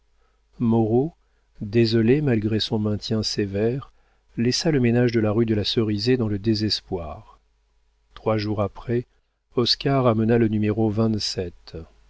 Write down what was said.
moreau désolé malgré son maintien sévère laissa le ménage de la rue de la cerisaie dans le désespoir trois jours après oscar amena le